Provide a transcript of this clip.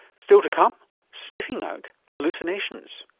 still to come sniffing out hallucinations.